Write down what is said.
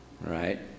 right